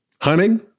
hunting